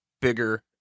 bigger